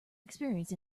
experience